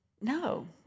no